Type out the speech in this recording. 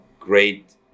great